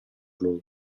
lui